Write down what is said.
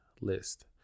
list